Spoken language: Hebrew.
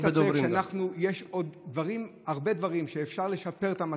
אין ספק שיש עוד הרבה דברים שאפשר לשפר את המצב.